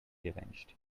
revenged